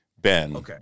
Ben